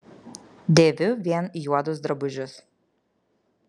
dėviu vien juodus drabužius